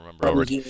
remember